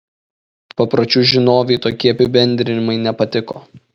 papročių žinovei tokie apibendrinimai nepatiko